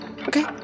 Okay